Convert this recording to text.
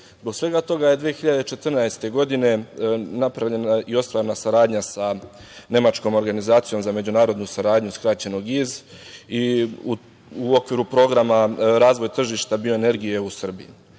svega toga 2014. godine napravljena je i ostvarena saradnja sa nemačkom Organizacijom za međunarodnu saradnju GIZ i u okviru programa „Razvoj tržišta bioenergije u Srbiji“.Tada,